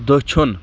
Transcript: دٔچھُن